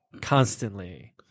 constantly